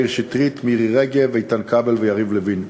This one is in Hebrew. מאיר שטרית, מירי רגב, איתן כבל ויריב לוין.